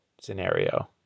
scenario